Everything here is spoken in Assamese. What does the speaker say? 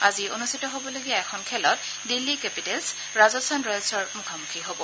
আজি অনুষ্ঠিত হবলগীয়া এখন খেলত দিল্লী কেপিটেলচ ৰাজস্থান ৰয়েলচৰ মুখামুখী হব